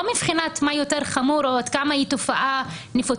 לא מבחינת מה יותר חמור או עד כמה היא תופעה נפוצה.